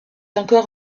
encore